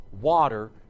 water